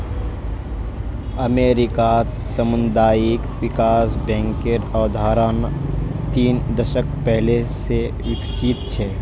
अमेरिकात सामुदायिक विकास बैंकेर अवधारणा तीन दशक पहले स विकसित छ